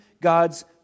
God's